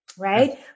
right